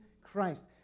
Christ